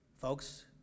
folks